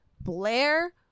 Blair